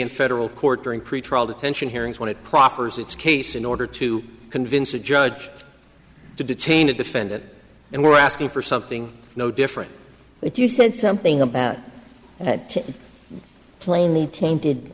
in federal court during pretrial detention hearings when it proffers its case in order to convince a judge to detain to defend it and we're asking for something no different if you said something about that plainly tainted